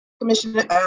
Commissioner